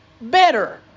better